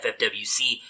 FFWC